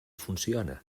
funciona